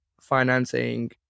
financing